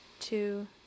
two